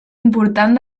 important